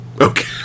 Okay